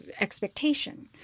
expectation